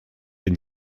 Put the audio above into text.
den